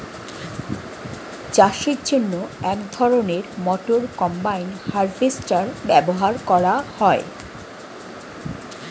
চাষের জন্য এক ধরনের মোটর কম্বাইন হারভেস্টার ব্যবহার করা হয়